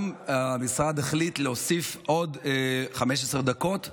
המשרד גם החליט להוסיף עוד 15 דקות למבחן,